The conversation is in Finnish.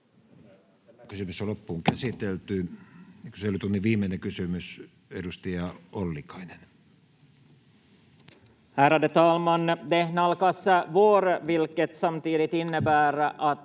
nämä ratkaisut heidän välilleen? Kyselytunnin viimeinen kysymys, edustaja Ollikainen.